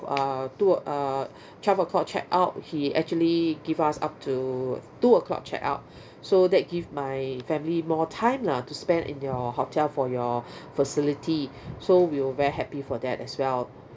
uh two uh twelve O'clock check out he actually give us up to two O'clock check out so that give my family more time lah to spend in your hotel for your facility so we're very happy for that as well